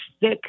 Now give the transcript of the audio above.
thick